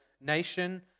nation